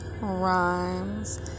Rhymes